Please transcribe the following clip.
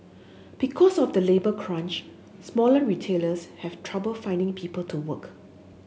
because of the labour crunch smaller retailers have trouble finding people to work